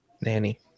nanny